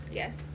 yes